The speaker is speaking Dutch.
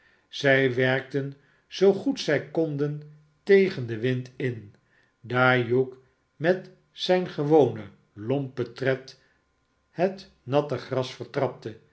zij werkten zoo goed zij konden tegen den wind in daar hugh met zijn gewonen lompen tred het natte gras vertrapte en